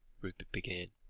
rupert began,